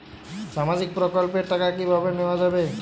সামাজিক প্রকল্পের টাকা কিভাবে নেওয়া যাবে?